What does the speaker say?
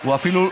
הוא אפילו,